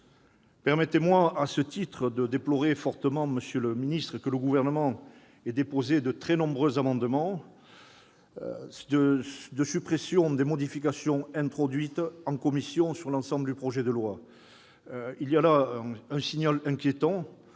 Permettez-moi à ce titre de déplorer fortement, monsieur le ministre, que le Gouvernement ait déposé de très nombreux amendements de suppression des modifications introduites en commission sur l'ensemble du projet de loi. Il y a là un signal inquiétant